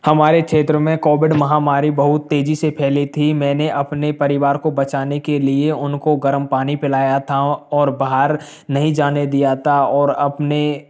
हमारे क्षेत्र में कोविड महामारी बहुत तेज़ी से फैली थी मैंने अपने परिवार को बचाने के लिए उनको गर्म पानी पिलाया था और बाहर नहीं जाने दिया था और अपने